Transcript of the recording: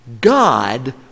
God